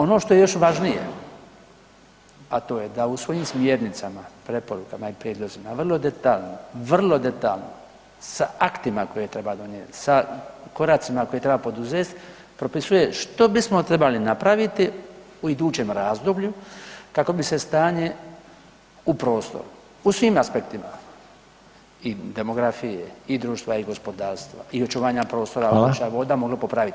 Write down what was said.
Ono što je još važnije, a to je da u svojim smjernicama, preporuka i prijedlozima vrlo detaljno, vrlo detaljno sa aktima koje treba donijeti, sa koracima koje treba poduzeti propisuje što bismo trebali napraviti u idućem razdoblju kako bi se stanje u prostoru u svim aspektima i demografiji i društva i gospodarstva i očuvanja prostora [[Upadica: Hvala.]] okoliša i voda moglo popraviti.